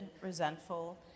resentful